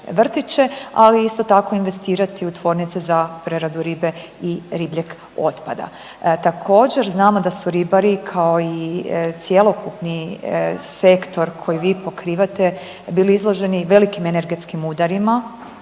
ali isto tako investirati u tvornice za preradu ribe i ribljeg otpada. Također znamo da su ribari kao i cjelokupni sektor koji vi pokrivate bili izloženi velikim energetskim udarima,